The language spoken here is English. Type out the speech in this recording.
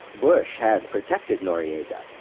bush had protected noriega.